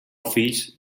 fills